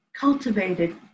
cultivated